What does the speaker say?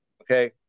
Okay